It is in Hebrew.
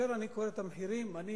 כאשר אני קורא את המחירים, אני